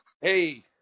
Hey